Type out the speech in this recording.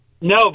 No